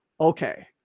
okay